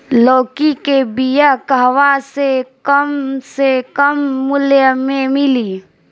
लौकी के बिया कहवा से कम से कम मूल्य मे मिली?